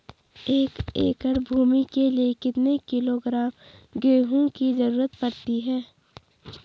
एक एकड़ भूमि के लिए कितने किलोग्राम गेहूँ की जरूरत पड़ती है?